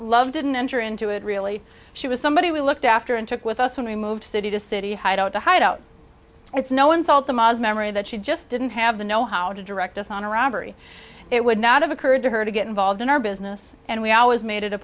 love didn't enter into it really she was somebody we looked after and took with us when we moved city to city to hide out it's no insult to ma's memory that she just didn't have the know how to direct us on around it would not have occurred to her to get involved in our business and we always made it a